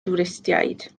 dwristiaid